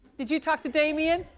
did you talk to damian?